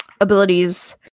abilities